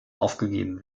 aufgegeben